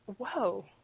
whoa